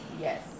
yes